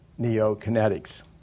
NeoKinetics